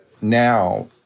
Now